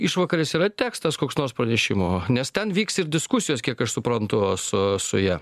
išvakarės yra tekstas koks nors pranešimo nes ten vyks ir diskusijos kiek aš suprantu su su ja